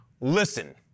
Listen